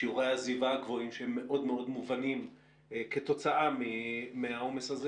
שיעורי העזיבה הגבוהים שהם מאוד מאוד מובנים כתוצאה מהעומס הזה